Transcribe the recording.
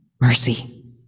mercy